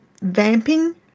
vamping